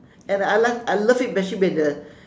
and I like I love it especially when the